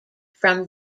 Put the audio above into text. from